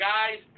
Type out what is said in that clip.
Guys